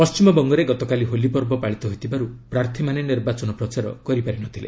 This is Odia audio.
ପଶ୍ଚିମବଙ୍ଗରେ ଗତକାଲି ହୋଲିପର୍ବ ପାଳିତ ହୋଇଥିବାରୁ ପ୍ରାର୍ଥୀମାନେ ନିର୍ବାଚନ ପ୍ରଚାର କରିପାରି ନଥିଲେ